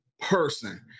person